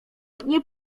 nie